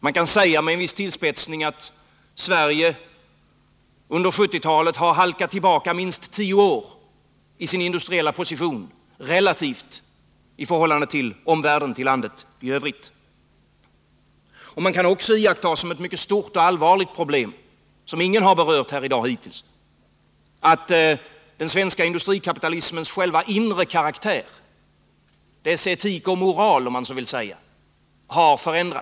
Man kan med en viss tillspetsning säga att Sverige under 1970-talet relativt sett halkat tillbaka minst 10 år i sin industriella position i förhållande till omvärlden och till landets utveckling på andra områden. Ett mycket stort och allvarligt problem, som ingen har berört hittills i dag, är att den svenska industrikapitalismens inre karaktär, dess etik och moral, om man så vill säga, har fallit sönder.